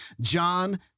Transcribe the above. John